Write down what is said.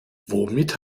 womit